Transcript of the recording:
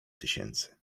tysięcy